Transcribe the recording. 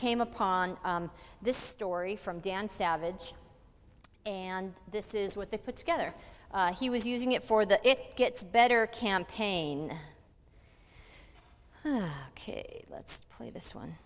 came upon this story from dan savage and this is what they put together he was using it for the it gets better campaign ok let's play this one